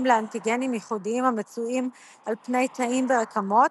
לאנטיגנים ייחודיים המצויים על פני תאים ורקמות,